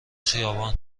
خیابان